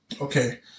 Okay